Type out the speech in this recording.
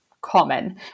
common